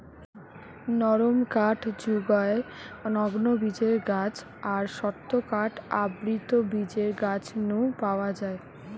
নরম কাঠ জুগায় নগ্নবীজের গাছ আর শক্ত কাঠ আবৃতবীজের গাছ নু পাওয়া যায়